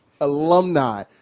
Alumni